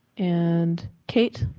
and kate?